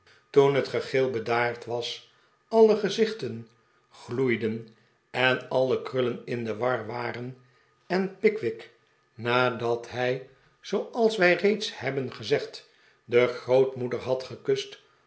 toen het gegil bedaard was alle gezichten gloeiden en alle krullen in de war waren en pickwick nadat hij zooals wij reeds hebben gezegd de grootmoeder had gekust